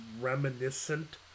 reminiscent